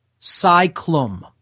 cyclum